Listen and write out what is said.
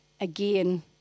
again